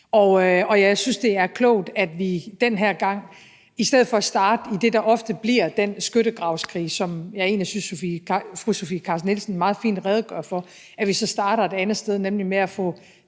og jeg synes, det er klogt, at vi den her gang i stedet for at starte i det, der ofte bliver den skyttegravskrig, som jeg egentlig synes fru Sofie Carsten Nielsen meget fint redegjorde for, starter et andet sted, nemlig med at få